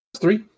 three